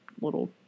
little